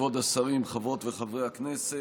כבוד השרים, חברות וחברי הכנסת,